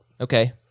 Okay